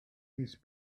his